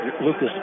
Lucas